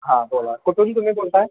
हां बोला कुठून तुम्ही बोलत आहे